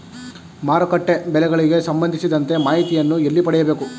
ಮಾರುಕಟ್ಟೆ ಬೆಲೆಗಳಿಗೆ ಸಂಬಂಧಿಸಿದಂತೆ ಮಾಹಿತಿಯನ್ನು ಎಲ್ಲಿ ಪಡೆಯಬೇಕು?